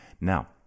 Now